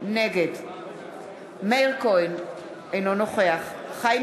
נגד מאיר כהן, נגד חיים